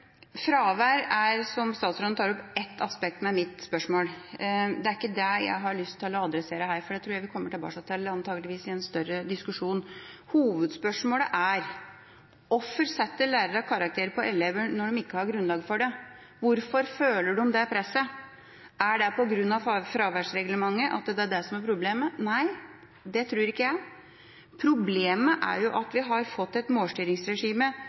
Fravær er, som statsråden tar opp, ett aspekt ved mitt spørsmål. Det er ikke det jeg har lyst til å adressere her, for det tror jeg vi kommer tilbake til – antakeligvis i en større diskusjon. Hovedspørsmålet er: Hvorfor setter lærere karakterer på elever når de ikke har grunnlag for det? Hvorfor føler de det presset? Er det på grunn av fraværsreglementet – at det er det som er problemet? Nei, det tror ikke jeg. Problemet er at vi har fått et målstyringsregime